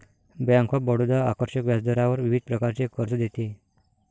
bank of Baroda आकर्षक व्याजदरावर विविध प्रकारचे कर्ज देते